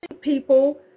people